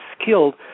skilled